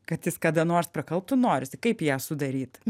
kad jis kada nors prakalbtų norisi kaip ją sudaryt